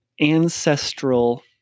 ancestral